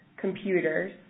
computers